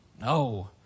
no